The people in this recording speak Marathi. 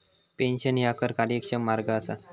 पेन्शन ह्या कर कार्यक्षम मार्ग असा